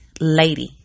lady